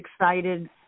excited